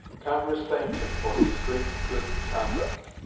congress thanked him for his great good conduct.